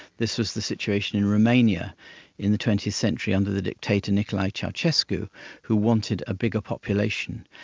this was the situation in romania in the twentieth century under the dictator nicolae ceausescu who wanted a bigger population,